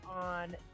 on